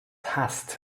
hasst